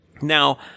Now